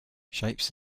shapes